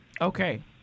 Okay